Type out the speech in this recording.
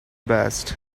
best